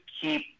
keep